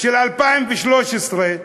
של 2013,